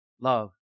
love